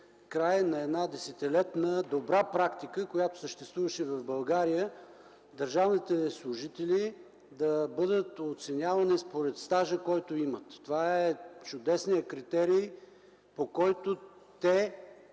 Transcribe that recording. край на десетилетна добра практика, която съществуваше в България – държавните служители да бъдат оценявани според стажа, който имат. Това е чудесен критерий, по който те